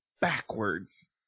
backwards